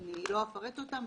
שאני לא אפרט אותם.